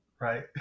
right